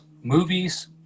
movies